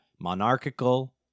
monarchical